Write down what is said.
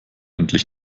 endlich